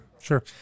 Sure